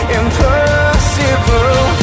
impossible